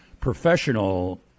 professional